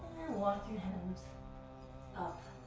walk your hands up